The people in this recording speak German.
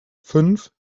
fünf